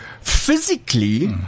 physically